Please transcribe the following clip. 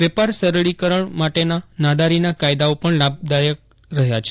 વેપાર સરળીકરણ માટેના નાદારીના કાયદાઓ પણ લાભદાયક રહ્યો છે